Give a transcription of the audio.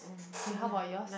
okay how about yours